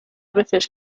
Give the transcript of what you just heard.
veces